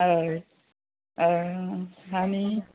हय आनी